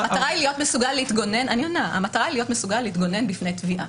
המטרה היא להיות מסוגל להתגונן בפני תביעה.